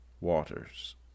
waters